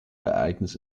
ereignis